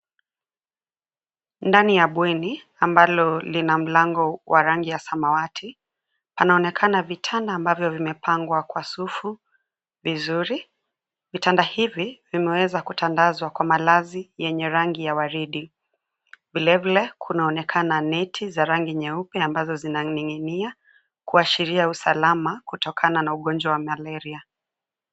Ndani ya bweni, ambalo lina mlango wa rangi ya samawati, panaonekana vitanda ambavyo vimepangwa kwa sufu, vizuri. Vitanda hivi, vimeweza kutandazwa kwa malazi yenye rangi ya waridi. Vile vile, kunaonekana neti za rangi nyeupe ambazo zinaning'inia, kuashiria usalama kutokana na ugonjwa wa malaria.